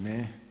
Ne.